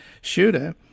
shooter